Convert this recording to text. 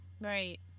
Right